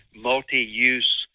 multi-use